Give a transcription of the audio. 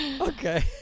Okay